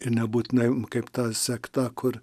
ir nebūtinai mums kaip ta sekta kur